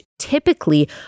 typically